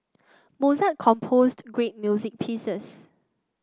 Mozart composed great music pieces